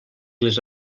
les